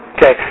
Okay